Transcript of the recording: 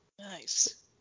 Nice